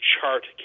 chart